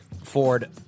Ford